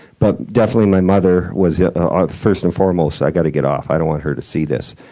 but definitely, my mother was yeah ah first and foremost. i gotta get off. i don't want her to see this.